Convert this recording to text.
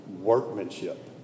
workmanship